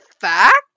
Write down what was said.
fact